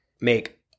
make